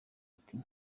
ati